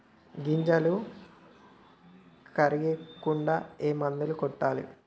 గింజలు కర్రెగ కాకుండా ఏ మందును కొట్టాలి?